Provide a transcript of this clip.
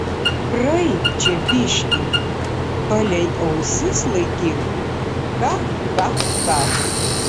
praeik čia biškį palei ausis laikyk cha cha cha